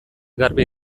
garbi